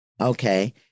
Okay